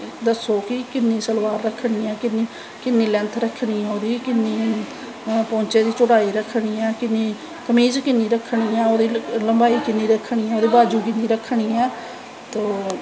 दस्सो कि किन्नी सलवार रक्खनी ऐ किन्नी लैंथ रक्खनी ऐ ओह्दी किन्नी पोंचे दी चौड़ाई रक्खनी ऐ किन्नी कमीज किन्नी रक्खनी ओह्दी लंम्बाई किन्नी रक्खनी ऐ ओह्दी बाज़ू किन्नी रक्खनी ऐ तो